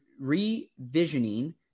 revisioning